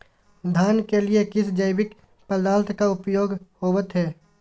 धान के लिए किस जैविक पदार्थ का उपयोग होवत है?